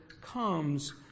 comes